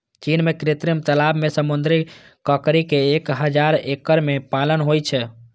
चीन मे कृत्रिम तालाब मे समुद्री ककड़ी के एक हजार एकड़ मे पालन होइ छै